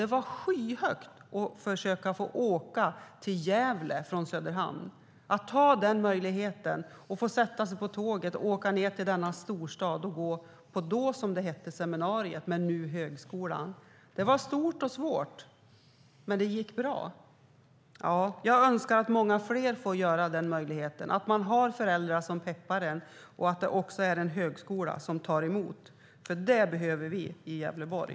Det var ett stort steg att försöka få åka till Gävle från Söderhamn och att sätta sig på tåget och åka ned till denna storstad och gå på seminarium, som det då hette. Nu är det högskolan. Det var stort och svårt. Men det gick bra. Jag önskar att många fler får denna möjlighet och har föräldrar som peppar dem och att det också finns en högskola som tar emot dem. Det behöver vi i Gävleborg.